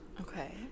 Okay